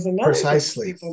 Precisely